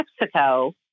Mexico